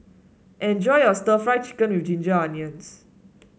enjoy your stir Fry Chicken with Ginger Onions